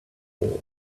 before